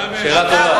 שאלה טובה.